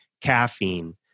caffeine